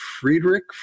Friedrich